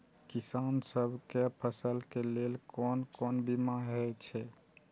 किसान सब के फसल के लेल कोन कोन बीमा हे छे?